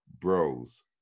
Bros